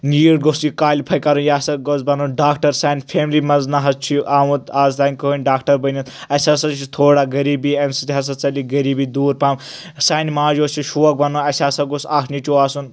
NEET گوٚژھ یہِ کالِفاے کَرُن یہِ ہسا گوٚژھ بنُن ڈاکٹر سانہِ فیملی منٛز نہ حظ چھُ یہِ آمُت آز تانۍ کٕہٕنۍ ڈاکٹر بٔنِتھ اسہِ ہسا چھِ تھوڑا غریٖبی امہِ سۭتۍ ہسا ژلہِ غریٖبی دوٗر پَہم سانہِ ماجہِ اوس یہِ شوق بنو اَسہِ ہسا گوٚژھ اکھ نیٚچوٗ آسُن